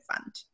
Fund